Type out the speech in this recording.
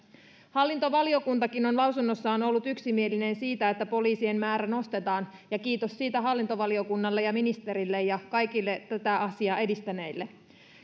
hallintovaliokuntakin on lausunnossaan ollut yksimielinen siitä että poliisien määrää nostetaan kiitos siitä hallintovaliokunnalle ja ministerille ja kaikille tätä asiaa edistäneille